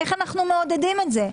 איך אנחנו מעודדים את זה?